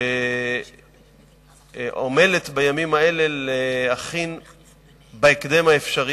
שעמלה בימים אלה להכין בהקדם האפשרי,